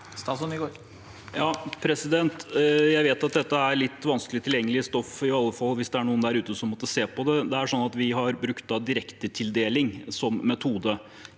Jon-Ivar Nygård Jeg vet at det- te er litt vanskelig tilgjengelig stoff, i alle fall hvis det er noen der ute som måtte se på. Det er sånn at vi har brukt direktetildeling som metode.